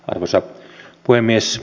arvoisa puhemies